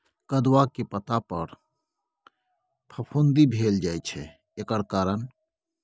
कदुआ के पता पर फफुंदी भेल जाय छै एकर कारण?